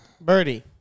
Birdie